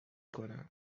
کنم